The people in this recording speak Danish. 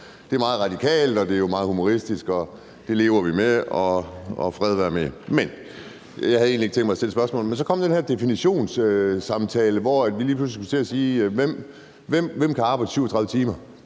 Det er meget radikalt, det er jo meget humoristisk, og det lever vi med, og fred være med det. Jeg havde egentlig ikke tænkt mig at stille et spørgsmål, men så kom der den her samtale om definition, hvor vi lige pludselig skulle til at sige, hvem der kan arbejde 37 timer